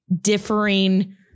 differing